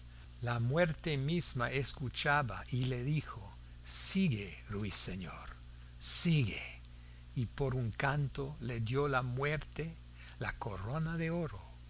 la muerte misma escuchaba y le dijo sigue ruiseñor sigue y por un canto le dio la muerte la corona de oro